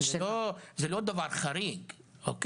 זה לא דבר חריג, אוקיי?